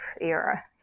era